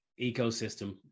ecosystem